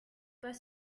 pas